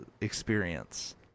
experience